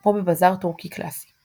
כמו בבזאר טורקי קלאסי.